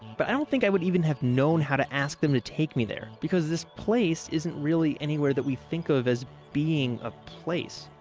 but i don't think i would even have known how to ask them to take me there because this place isn't really anywhere that we think of as being a place.